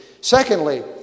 Secondly